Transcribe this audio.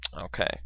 Okay